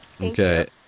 Okay